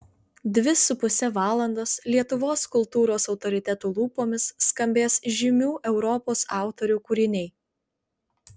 dvi su puse valandos lietuvos kultūros autoritetų lūpomis skambės žymių europos autorių kūriniai